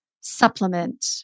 supplement